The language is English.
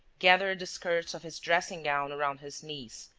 gathered the skirts of his dressing-gown around his knees,